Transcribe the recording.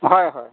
হয় হয়